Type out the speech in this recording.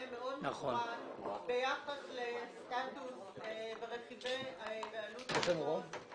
מאוד מפורט ביחס לסטטוס ועלות המתוכננת.